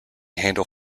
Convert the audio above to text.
handle